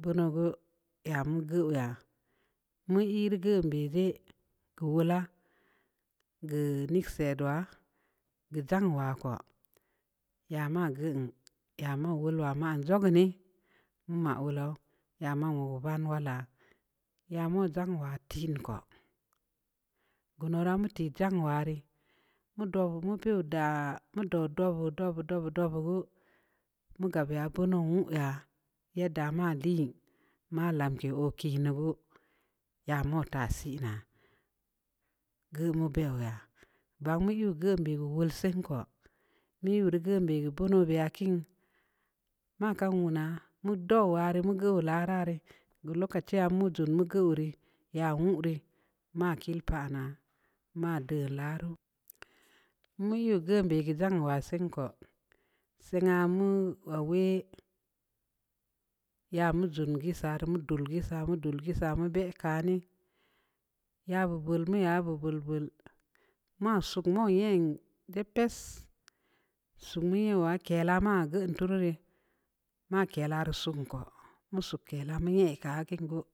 bunugue yə mungue ya'o mu irrə gən bərii ko wula gue nwisii dua gue ndzun wako ya ma geu iin ya ma wulungue jogeu nii ma wu loo ya ma wugue ban wala'a yamu ndzanwa tənka gonoramwa tə ndzan wa rə mudoo mupə oda'a mudoo-doo-doo-do'o-do'o bugue mukab ya'a buno wa ya'a-ya dama də ma lamki o kinə gue ya mota sii na geu mubə wuga'a ba mu yu geu bə yu wul siin kwa mə wuraguo bəgeu bunu biyakiin makan wana mu dung warə mugue wu la ra rə gue lokaci mu ndzul mugu wurə ya wu rə ma kiel pa'ana ma də la'aru muya geu bəgeu wasiinko sai ngamu wawəa ya mu dulgisa-mudulgisa-mudulgisa mu bə ka'a nii ya bubulmi-ya babulbul masu mu yən dəa pess sue mə wakə ləma geu ən tulorə makə lama songue musu kəla meyə songue.